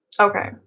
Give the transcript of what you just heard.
okay